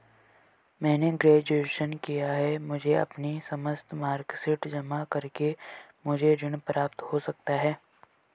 मैंने ग्रेजुएशन किया है मुझे अपनी समस्त मार्कशीट जमा करके मुझे ऋण प्राप्त हो सकता है?